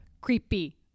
Creepy